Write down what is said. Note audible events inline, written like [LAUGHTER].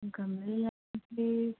ਗਮਲੇ [UNINTELLIGIBLE]